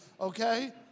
okay